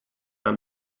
than